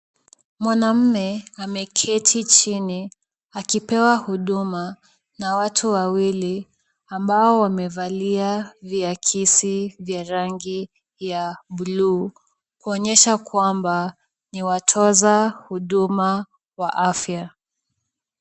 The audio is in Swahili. Mwanamume ameketi chini, akipewa huduma na watu wawili ambao wamevalia viakisi vya rangi ya buluu, kuonyesha kwamba ni watoza huduma wa afya.